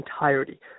entirety